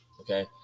okay